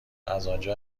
ازآنجا